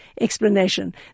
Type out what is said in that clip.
explanation